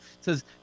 says